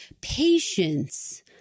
patience